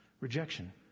rejection